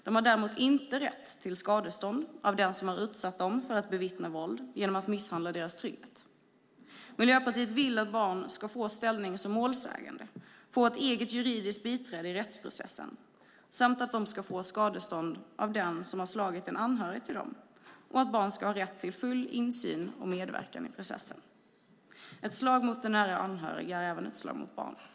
De har däremot inte rätt till skadestånd av den som utsatt dem för att bevittna våld genom att misshandla deras trygghet. Miljöpartiet vill att barn ska få ställning som målsägande, få ett eget juridiskt biträde i rättsprocessen och få skadestånd av den som slagit en anhörig till dem samt att barn ska ha rätt till full insyn och medverkan i processen. Ett slag mot en nära anhörig är även ett slag mot barnet.